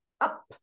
up